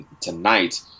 tonight